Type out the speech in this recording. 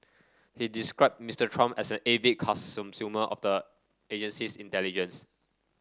he described Mister Trump as an avid of the agency's intelligence